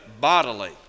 bodily